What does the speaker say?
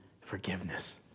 forgiveness